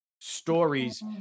stories